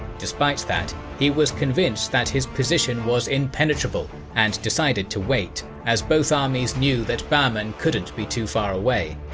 despite that, he was convinced that his position was impenetrable and decided to wait, as both armies knew that bahman couldn't be too far away.